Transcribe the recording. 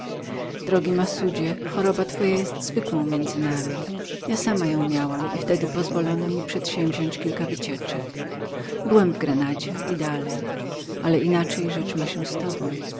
drogi massudzie choroba twoja jest zwykłą między nami ja sama ją miałam i wtedy pozwolono mi przedsięwziąść kilka wycieczek byłam w grenadzie i dalej ale inaczej rzecz się ma z tobą